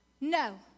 No